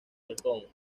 halcón